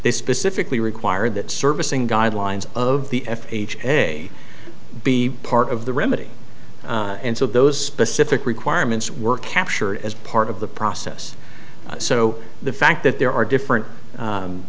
they specifically required that servicing guidelines of the f h a be part of the remedy and so those specific requirements were captured as part of the process so the fact that there are different